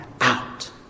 out